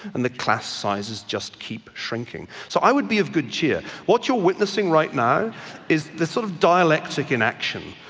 and the class sizes just keep shrinking. so i would be of good cheer. what you're witnessing right now is the sort of dialect taking action.